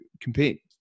compete